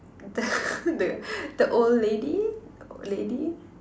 the the old lady the old lady